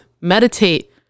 meditate